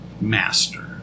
master